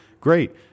great